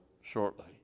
shortly